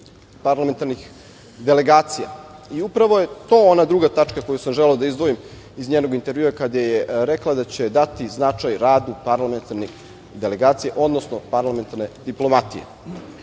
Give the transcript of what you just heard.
parlamentarnih delegacija i upravo je to ona druga tačka koju sam želeo da izdvojim iz njenog intervjua kada je rekla da će dati značaj radu parlamentarnih delegacija, odnosno parlamentarne diplomatije.U